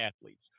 athletes